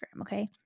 Okay